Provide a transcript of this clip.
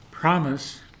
promise